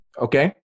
okay